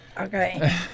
Okay